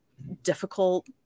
Difficult